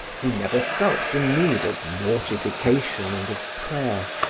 he never felt the need of mortification and of prayer,